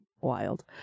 wild